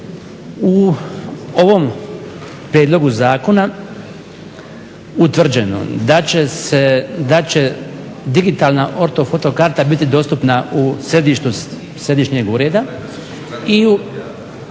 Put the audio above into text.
u ovom prijedlogu zakona utvrđeno da će digitalna ortofoto karta biti dostupna u središtu središnjeg ureda